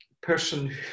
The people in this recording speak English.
person